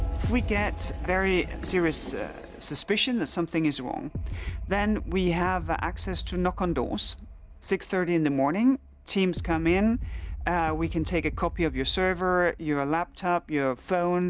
we get very serious suspicions that something is wrong then we have access to knock on doors six thirty in the morning teams come in we can take a copy of your server your laptop your phone